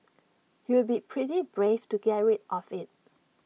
you'd be pretty brave to get rid of IT